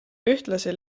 ühtlasi